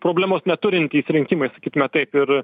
problemos neturintys rinkimai sakykime taip ir